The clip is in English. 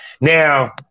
Now